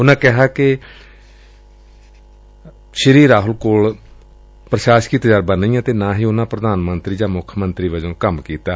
ਉਨੂਂ ਕਿਹਾ ਕਿ ਸ੍ਰੀ ਰਾਹੁਲ ਕੋਲ ਪ੍ਸ਼ਾਸਕੀ ਤਜ਼ਰਬਾ ਨਹੀਂ ਐ ਅਤੇ ਨਾ ਹੀ ਉਨੂਂ ਮੰਤਰੀ ਜਾਂ ਮੁੱਖ ਮੰਤਰੀ ਵਜੋਂ ਕੰਮ ਕੀਤੈ